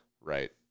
right